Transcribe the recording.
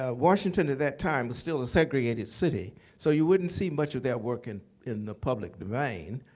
ah washington at that time, was still a segregated city. so you wouldn't see much of their work in in the public domain.